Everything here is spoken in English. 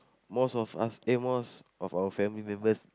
most of us eh most of our family members